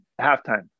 halftime